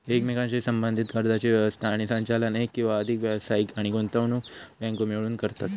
एकमेकांशी संबद्धीत कर्जाची व्यवस्था आणि संचालन एक किंवा अधिक व्यावसायिक आणि गुंतवणूक बँको मिळून करतत